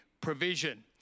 provision